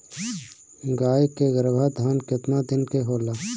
गाय के गरभाधान केतना दिन के होला?